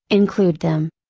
include them.